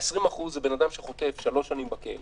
בן אדם שחוטף 3 שנים בכלא